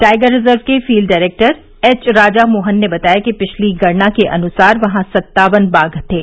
tiger reserve के field director H Rajamohan ने बताया कि पिछली गणना के अनुसार यहां सत्तावन बाघ थे